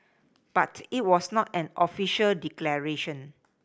but it was not an official declaration